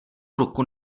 ruku